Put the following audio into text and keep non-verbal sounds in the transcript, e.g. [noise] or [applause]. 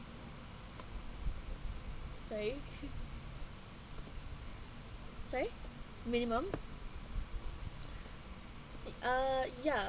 sorry [laughs] sorry minimums uh ya